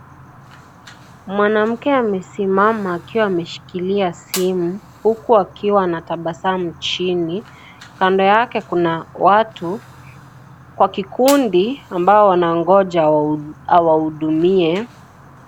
Mwanamke amesimama akiwa ameshikilia simu huku akiwa anatabasamu chini kando yake kuna watu kwa kinduki ambao wanangonja awahudumie.